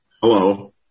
Hello